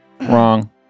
Wrong